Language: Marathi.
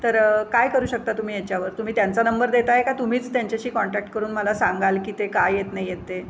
तर काय करू शकता तुम्ही याच्यावर तुम्ही त्यांचा नंबर देताय का तुम्हीच त्यांच्याशी कॉन्टॅक्ट करून मला सांगाल की ते का येत नाही येत ते